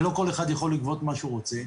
ולא כל אחד יכול לגבות מה שהוא רוצה.